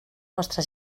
vostra